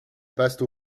passent